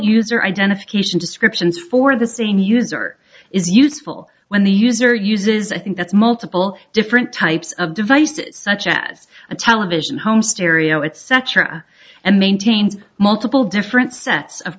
user identification descriptions for the same user is useful when the user uses a thing that's multiple different types of devices such as a television home stereo etc and maintains multiple different sets of